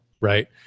right